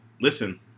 listen